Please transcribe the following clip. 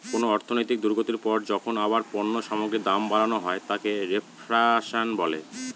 কোন অর্থনৈতিক দুর্গতির পর যখন আবার পণ্য সামগ্রীর দাম বাড়ানো হয় তাকে রেফ্ল্যাশন বলে